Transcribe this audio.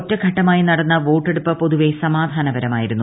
ഒറ്റ ഘട്ടമായി നടന്ന വോട്ടെടുപ്പ് പൊതുവെ സമാധാനപരമായിരുന്നു